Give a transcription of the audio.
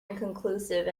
inconclusive